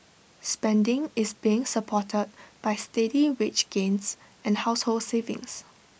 spending is being supported by steady wage gains and household savings